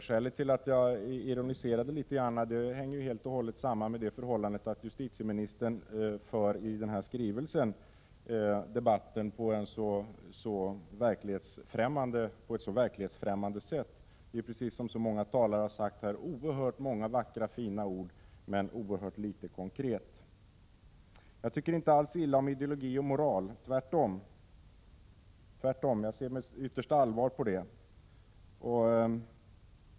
Skälet till att jag ironiserade litet hänger samman med att justitieministern i skrivelsen för debatten på ett så verklighetsfrämmande sätt. Det är, precis så som många talare har sagt, oerhört många vackra, fina ord, men utomordentlig litet konkret. Jag tycker inte alls illa om ideologi och moral, tvärtom. Jag ser med yttersta allvar på det.